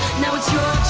now it's your